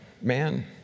Man